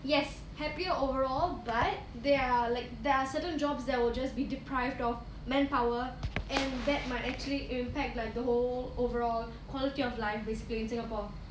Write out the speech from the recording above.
yes happier overall but they are like there are certain jobs that would just be deprived of manpower and that might actually impact like the whole overall quality of life basically in singapore